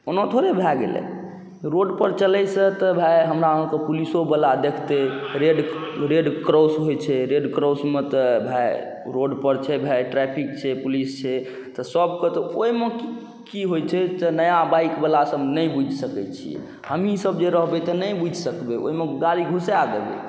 ओना थोड़े भऽ गेलै रोडपर चलैसँ तऽ भाइ हमरा अहाँके पुलिसोवला देखतै रेड रेड क्रॉस होइ छै रेड क्रॉसमे तऽ भाइ रोडपर छै भाइ ट्रैफिक छै पुलिस छै तऽ सबके तऽ ओहिमे कि होइ छै तऽ नया बाइकवलासब नहि बुझि सकै छिए हमहीँसब जे रहबै तऽ नहि बुझि सकबै ओहिमे गाड़ी घुसा देबै